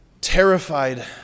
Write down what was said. terrified